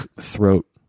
throat